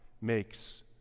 makes